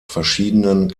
verschiedenen